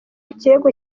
kirego